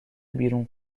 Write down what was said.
بیرون